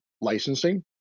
licensing